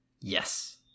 Yes